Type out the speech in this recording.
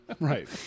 Right